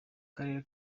karere